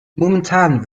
momentan